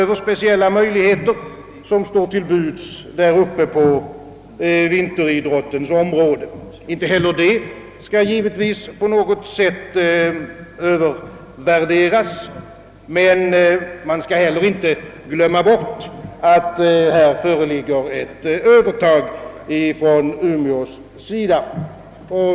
De speciella möjligheter, som däruppe står till buds på vinteridrottens område, skall naturligtvis inte heller på något sätt övervärderas, men man bör inte glömma bort, att Umeå härvidlag har ett övertag.